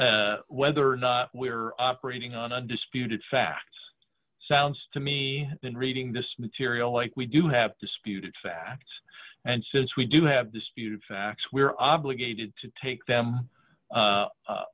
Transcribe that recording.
on whether or not we're operating on a disputed facts sounds to me in reading this material like we do have disputed facts and since we do have disputed facts we are obligated to take them